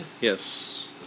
Yes